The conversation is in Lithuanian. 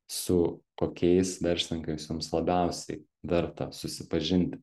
su kokiais verslininkais jums labiausiai verta susipažinti